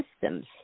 systems